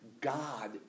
God